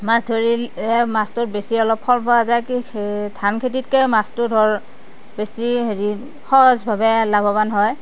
মাছ ধৰিলে মাছতোৰ বেছি অলপ ফল পোৱা যায় ধান খেতিতকৈ মাছতোত ধৰ বেছি হেৰি সহজভাৱে লাভৱান হয়